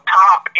top